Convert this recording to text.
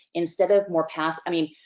instead of more pass. i mean,